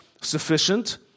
sufficient